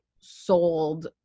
sold